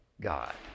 God